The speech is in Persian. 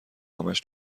همش